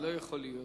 לא "יכול להיות",